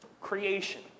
creation